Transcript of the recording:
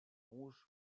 rouges